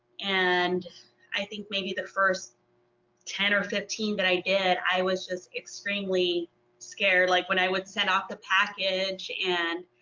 and i think maybe the first ten or fifteen that i did i was just extremely scared like when i would send off the package and